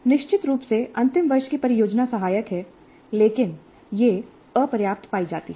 निश्चित रूप से अंतिम वर्ष की परियोजना सहायक है लेकिन यह अपर्याप्त पाई जाती है